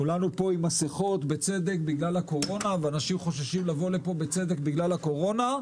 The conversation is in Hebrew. כולנו פה עם מסיכות בגלל הקורונה ואנשים חוששים לבוא לפה בגלל הקורונה,